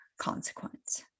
consequence